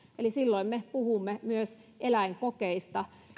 eli silloin me puhumme myös eläinkokeista